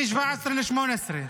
מ-17% ל-18%.